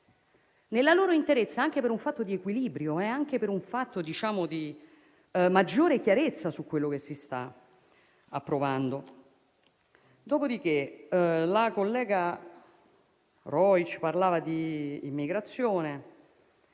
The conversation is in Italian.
nella loro interezza, anche per una questione di equilibrio e di maggiore chiarezza su quello che si sta approvando. Dopodiché, la collega Rojc parlava di immigrazione